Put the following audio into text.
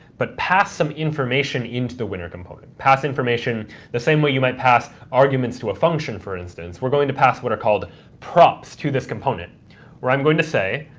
but pass some information into the winner component, pass information the same way you might pass arguments to a function, for instance. we're going to pass what are called props to this component where i'm going to say